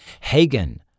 Hagen